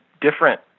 different